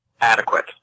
Adequate